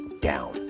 down